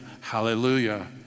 hallelujah